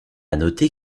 noter